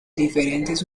diferentes